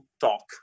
talk